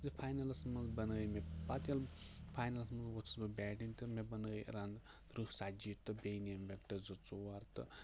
زِ فاینَلَس منٛز بَنٲے مےٚ پَتہٕ ییٚلہِ فاینَلَس منٛز ووٚتھُس بہٕ بیٹِنٛگ تہٕ مےٚ بَنٲے رَنہٕ تٕرٛہ ژَتجی تہٕ بیٚیہِ نِیَم وِکٹہٕ زٕ ژور تہٕ